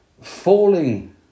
falling